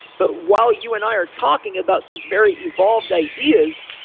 but while you and i are talking about these very evolved ideas,